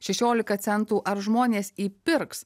šešiolika centų ar žmonės įpirks